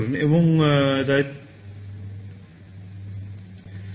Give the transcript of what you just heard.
এবং DUTY CYCLE 08